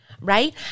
right